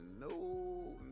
no